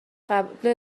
قبل